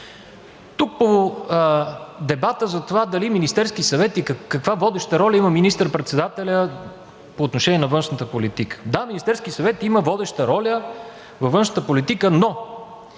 Тук по дебата за това дали Министерския съвет и каква водеща роля има министър-председателят по отношение на външната политика. Да, Министерският съвет има водеща роля във външната политика, но